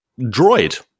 droid